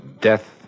death